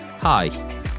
Hi